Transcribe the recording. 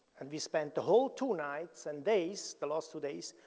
and we spent the whole two nights and days, the last two days,